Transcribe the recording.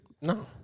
No